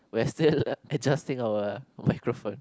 we're still adjusting our microphone